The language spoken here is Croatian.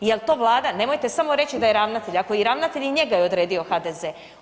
Jel to Vlada, nemojte samo reći da je ravnatelj, ako je i ravnatelj, i njega je odredio HDZ.